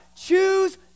Choose